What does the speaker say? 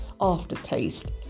aftertaste